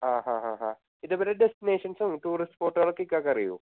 ആഹാഹാഹാ ഇതിവിടെ ഡെസ്റ്റിനേഷൻസും ടൂറിസ്റ്റ് സ്പോട്ടുകളൊക്കെ ഇക്കയ്ക്ക് അറിയുമോ